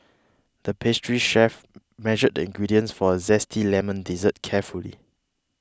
the pastry chef measured the ingredients for a Zesty Lemon Dessert carefully